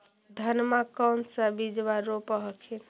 धनमा कौन सा बिजबा रोप हखिन?